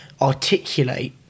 articulate